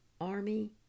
army